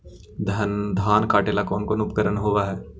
धान काटेला कौन कौन उपकरण होव हइ?